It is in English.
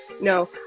no